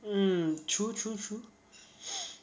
mm true true true